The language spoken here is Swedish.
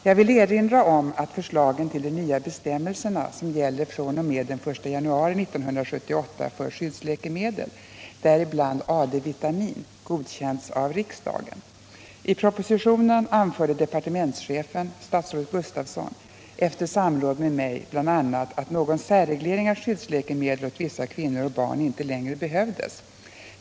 Jag vill erinra om att förslagen till de nya bestämmelser som gäller fr.o.m. den 1 januari 1978 för skyddsläkemedel, däribland AD-vitamin, godkänts av riksdagen . I propositionen anförde departementschefen, statsrådet Gustavsson, efter samråd med mig bl.a. att någon särreglering av skyddsläkemedel åt vissa kvinnor och barn inte längre behövdes.